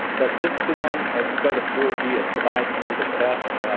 but this is the one as you go to four g it provides for you the best,